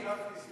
היושב-ראש גפני,